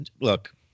look